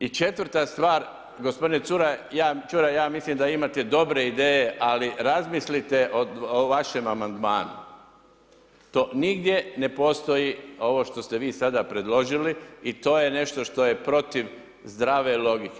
I četvrta stvar, gospodine Čuraj, ja mislim da imate dobre ideje, ali razmislite o vašem Amandmanu, to nigdje ne postoji, ovo što ste vi sada predložili i to je nešto što je protiv zdrave logike.